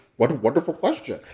what a wonderful question.